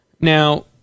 Now